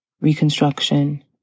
Reconstruction